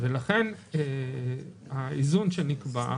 לכן האיזון שנקבע --- בסדר,